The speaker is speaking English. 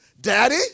Daddy